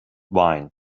wine